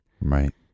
Right